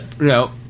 no